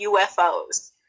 UFOs